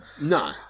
No